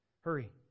hurry